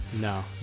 No